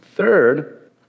Third